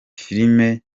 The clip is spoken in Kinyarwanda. filime